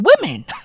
women